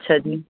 ਅੱਛਾ ਜੀ